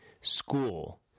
School